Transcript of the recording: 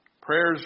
Prayers